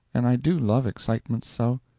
and i do love excitements so!